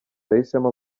yahisemo